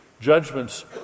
judgments